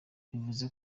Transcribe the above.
bivuze